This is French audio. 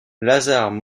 lazare